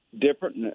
different